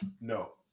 No